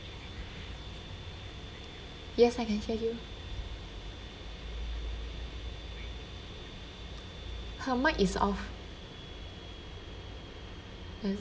yes I can you hear you her mic is off yes